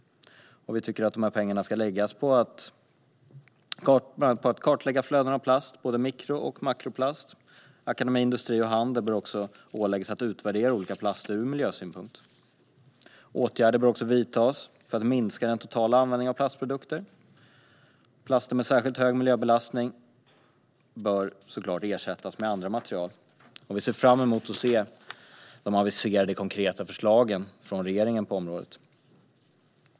Vi tycker att pengarna ska läggas bland annat på att kartlägga flöden av plast - både mikroplast och makroplast. Akademi, industri och handel bör åläggas att utvärdera olika plaster ur miljösynpunkt. Åtgärder bör vidtas för att minska den totala användningen av plastprodukter. Plaster med särskilt hög miljöbelastning bör såklart ersättas med andra material. Vi ser fram emot att se de aviserade konkreta förslagen från regeringen på området.